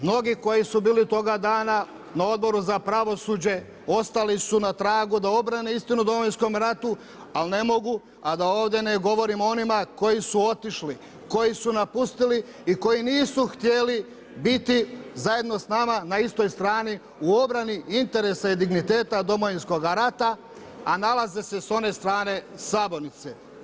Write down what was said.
Mnogi koji su bili toga dana na Odboru za pravosuđe ostali su na tragu da obrane istinu o Domovinskome ratu a ne mogu a da ovdje ne govorim o onima koji su otišli, koji su napustili i koji nisu htjeli biti zajedno s nama na istoj strani u obrani interesa i digniteta Domovinskoga rata a nalaze se s one strane Sabornice.